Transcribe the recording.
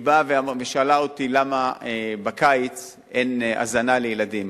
היא באה ושאלה אותי למה בקיץ אין הזנה לילדים.